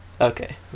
okay